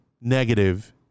negative